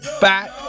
back